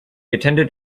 attended